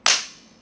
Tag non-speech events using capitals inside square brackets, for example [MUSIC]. [NOISE]